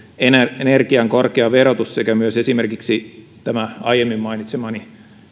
ener gian korkea verotus sekä myös esimerkiksi tämä aiemmin mainitsemani